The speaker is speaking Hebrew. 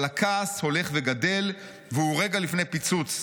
אבל הכעס הולך וגדל והוא רגע לפני פיצוץ.